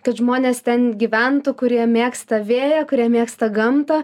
kad žmonės ten gyventų kurie mėgsta vėją kurie mėgsta gamtą